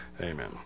Amen